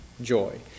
joy